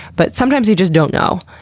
but sometimes they just don't know.